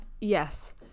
yes